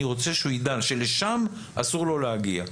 אני רוצה שהוא ידע שלשם אסור לו להגיע.